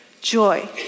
joy